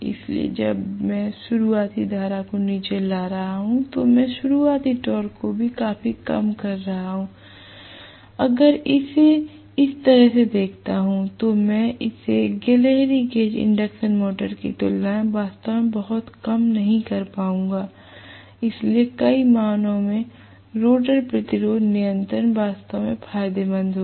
इसलिए जब मैं शुरुआती धारा को नीचे ला रहा हूं तो मैं शुरुआती टॉर्क को भी काफी कम कर रहा हूं अगर मैं इसे इस तरह से देखता हूं तो मैं इसे गिलहरी केज इंडक्शन मोटर की तुलना में वास्तव में बहुत कम नहीं कर पाऊंगा इसलिए कई मायनों में रोटर प्रतिरोध नियंत्रण वास्तव में फायदेमंद होगा